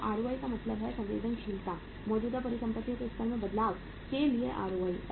तो ROI का मतलब है संवेदनशीलता मौजूदा परिसंपत्तियों के स्तर में बदलाव के लिए आरओआई